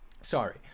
Sorry